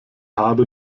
habe